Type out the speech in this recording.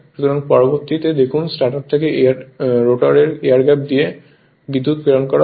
সুতরাং পরবর্তীতে দেখুন স্ট্যাটার থেকে বা রোটারে এয়ার গ্যাপ দিয়ে বিদ্যুৎ প্রেরণ করা হয়